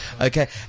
Okay